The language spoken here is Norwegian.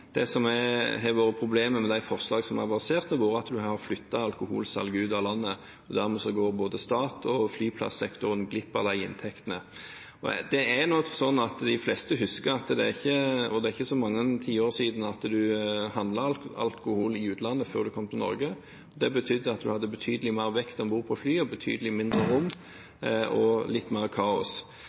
Det som har vært problemet med de forslagene som er lansert, er at en har flyttet alkoholsalget ut av landet, og dermed går både staten og flyplassektoren glipp av de inntektene. Det er nå sånn at de fleste husker at det er ikke så mange tiår siden man handlet alkohol i utlandet før man kom til Norge. Det betydde at man hadde betydelig mer vekt om bord på flyet, betydelig mindre rom og litt mer kaos.